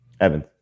Evan